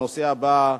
הנושא הבא: